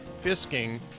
fisking